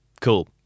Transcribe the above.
Cool